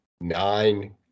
nine